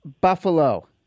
Buffalo